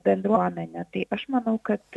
bendruomenę tai aš manau kad